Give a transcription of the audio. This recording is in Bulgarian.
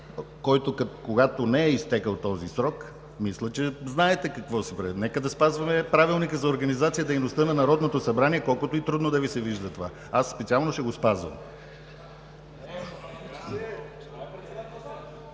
който, когато не е изтекъл, мисля, че знаете какво се прави. Нека да спазваме Правилника за организацията и дейността на Народното събрание, колкото и трудно да Ви се вижда това – аз специално ще го спазвам.